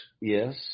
Yes